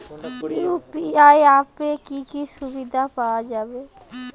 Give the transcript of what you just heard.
UPI অ্যাপে কি কি সুবিধা পাওয়া যাবে?